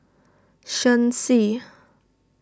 Shen Xi